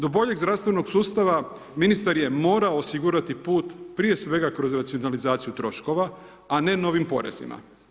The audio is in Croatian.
Do boljeg zdravstvenog sustava, ministar je morao osigurati put prije svega kroz racionalizaciju troškova a ne novim porezima.